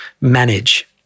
manage